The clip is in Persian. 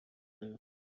داره